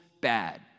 bad